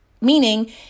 Meaning